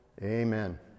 Amen